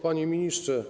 Panie Ministrze!